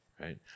right